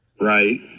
right